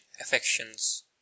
affections